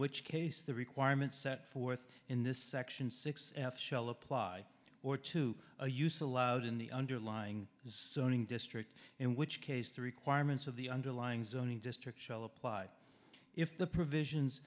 which case the requirements set forth in this section six f shell apply or to a use allowed in the underlying zoning district in which case the requirements of the underlying zoning district shall apply if the provisions